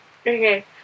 Okay